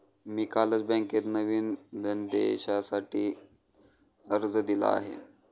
मी कालच बँकेत नवीन धनदेशासाठी अर्ज दिला आहे